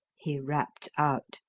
he rapped out.